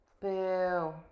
Boo